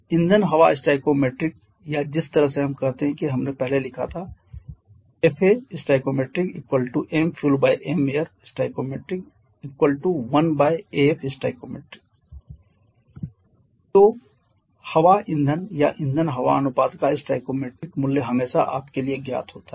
ईंधन हवा स्टोइकोमेट्रिक या जिस तरह से हम कहते हैं कि हमने पहले लिखा था stoistoi1stoi तो हवा ईंधन या ईंधन हवा अनुपात का स्टोइकोमेट्रिक मूल्य हमेशा आपके लिए ज्ञात होता है